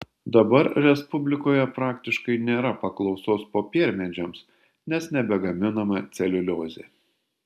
dabar respublikoje praktiškai nėra paklausos popiermedžiams nes nebegaminama celiuliozė